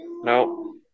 no